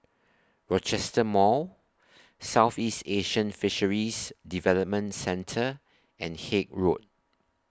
Rochester Mall Southeast Asian Fisheries Development Centre and Haig Road